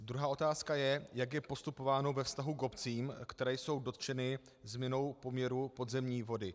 Druhá otázka je, jak je postupováno ve vztahu k obcím, které jsou dotčeny změnou poměru podzemní vody.